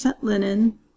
linen